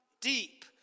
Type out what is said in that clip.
deep